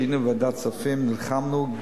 כשהיינו בוועדת הכספים נלחמנו,